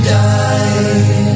die